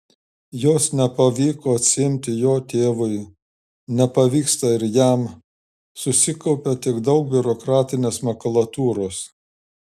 jos nepavyko atsiimti jo tėvui nepavyksta ir jam susikaupia tik daug biurokratinės makulatūros